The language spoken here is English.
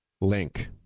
Link